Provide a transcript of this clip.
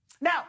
Now